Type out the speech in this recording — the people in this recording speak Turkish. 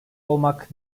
olmak